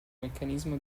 meccanismo